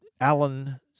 Alan